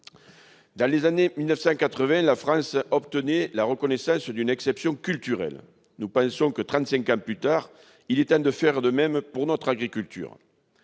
Dans les années quatre-vingt, la France obtenait la reconnaissance d'une « exception culturelle ». Nous pensons que, trente-cinq ans plus tard, il est temps de faire de même pour notre agriculture.